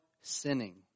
sinning